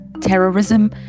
terrorism